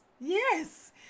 Yes